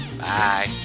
Bye